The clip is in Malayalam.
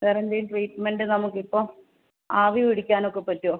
വേറെ എന്തേലും ട്രീറ്റ്മെൻറ്റ് നമുക്ക് ഇപ്പോൾ ആവി പിടിക്കാനൊക്കെ പറ്റുമോ